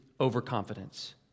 overconfidence